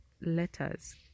letters